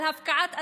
על הפקעת אדמות,